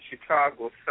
Chicago